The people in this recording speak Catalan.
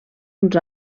uns